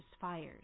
fires